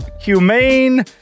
humane